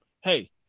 Hey